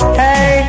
hey